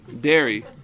dairy